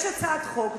יש הצעת חוק,